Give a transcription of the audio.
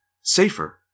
Safer